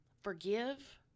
forgive